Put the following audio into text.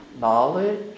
knowledge